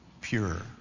pure